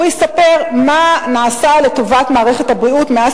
הוא יספר מה נעשה לטובת מערכת הבריאות מאז